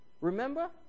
Remember